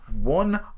one